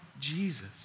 Jesus